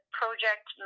project